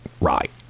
right